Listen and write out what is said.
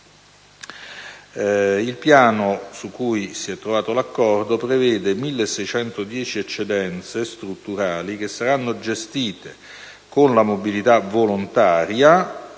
Il piano su cui è stata trovata l'intesa prevede 1.610 eccedenze strutturali, che saranno gestite con la mobilità volontaria